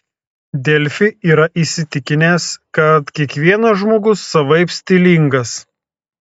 delfi yra įsitikinęs kad kiekvienas žmogus savaip stilingas